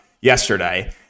yesterday